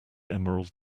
emerald